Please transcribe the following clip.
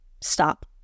stop